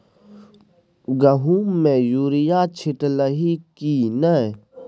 गहुम मे युरिया छीटलही की नै?